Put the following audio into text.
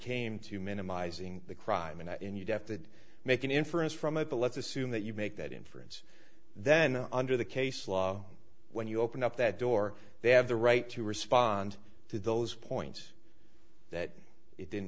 came to minimizing the crime and you'd have to make an inference from of the let's assume that you make that inference then under the case law when you open up that door they have the right to respond to those points that it didn't